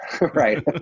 Right